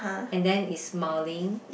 and then is smiling